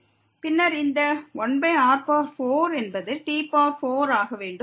பின்னர் இந்த 1r4 என்பது t4 ஆக வேண்டும்